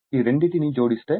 ఈ రెండింటినీ జోడిస్తే I1 20